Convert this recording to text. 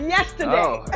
Yesterday